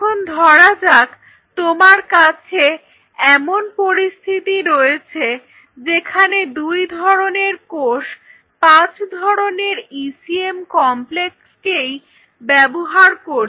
এখন ধরা যাক তোমার কাছে এমন পরিস্থিতি রয়েছে যেখানে দুই ধরনের কোষ পাঁচ ধরনের ইসিএম কমপ্লেক্সকেই ব্যবহার করে